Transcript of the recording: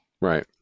Right